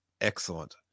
excellent